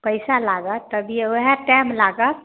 पैसा लागत तभिओ ओएह टाइम लागत